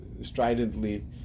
stridently